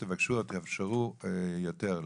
תבקשו או תאפשרו יותר,